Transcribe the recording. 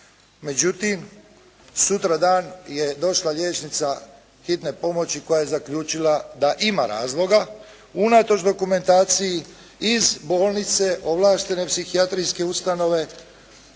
Međutim, sutradan je došla liječnica hitne pomoći koja je zaključila da ima razloga unatoč dokumentaciji iz bolnice, ovlaštene psihijatrijske ustanove